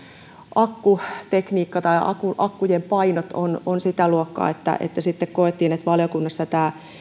akkutekniikka tai akkujen painot ovat sitä luokkaa että sitten koimme valiokunnassa että tämä